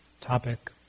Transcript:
topic